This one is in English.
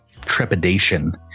trepidation